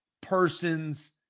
person's